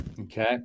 Okay